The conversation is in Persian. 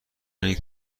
این